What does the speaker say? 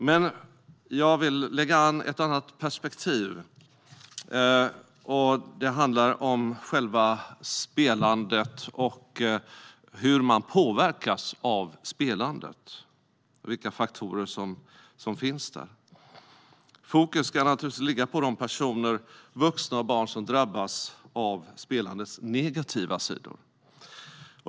Men jag vill ta upp ett annat perspektiv som handlar om spelandet, nämligen hur man påverkas av spelandet och faktorerna bakom. Fokus ska naturligtvis ligga på de personer, vuxna och barn, som drabbas av spelandets negativa sidor.